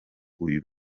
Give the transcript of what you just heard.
uyu